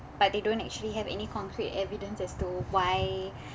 but they don't actually have any concrete evidence as to why